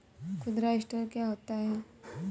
खुदरा स्टोर क्या होता है?